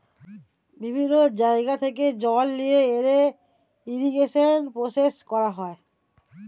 বিভিন্ন জায়গা থেকে জল নিয়ে এনে ইরিগেশন প্রসেস করা হয়